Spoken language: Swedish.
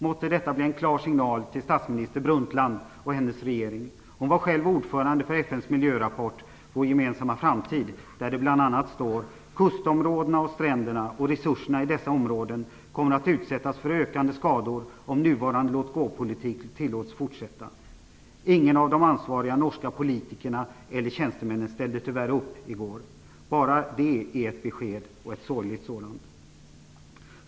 Måtte detta bli en klar signal till statsminister Brundtland och hennes regering! Hon var själv ordförande för FN:s miljörapport Vår gemensamma framtid, där det bl.a. står: Kustområdena och stränderna och resurserna i dessa områden kommer att utsättas för ökande skador om nuvarande låt-gå-politik tillåts fortsätta. Ingen av de ansvariga norska politikerna eller tjänstemännen ställde tyvärr upp igår. Bara det är ett besked, och ett sorgligt sådant.